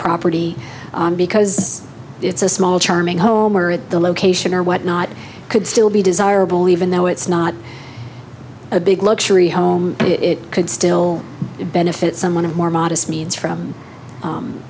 property because it's a small charming home or at the location or whatnot could still be desirable even though it's not a big luxury home it could still benefit someone of more modest means from